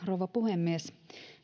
rouva puhemies